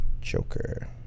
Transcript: Joker